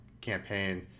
campaign